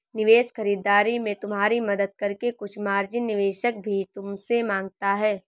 निवेश खरीदारी में तुम्हारी मदद करके कुछ मार्जिन निवेशक भी तुमसे माँगता है